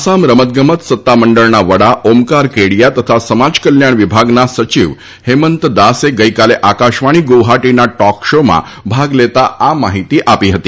આસામ રમતગમત સત્તામંડળના વડા ઓમકાર કેડિયા તથા સમાજ કલ્યાણ વિભાગના સયિવ હેમંત દાસે ગઈકાલે આકાશવાણી ગુવાહાટીના ટોક શોમાં ભાગ લેતા આ માહિતી આપી હતી